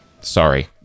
Sorry